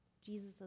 Jesus